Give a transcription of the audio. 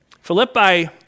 Philippi